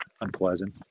unpleasant